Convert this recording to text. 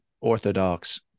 orthodox